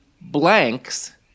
blanks